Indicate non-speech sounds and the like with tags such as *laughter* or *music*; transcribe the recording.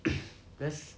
*coughs* that's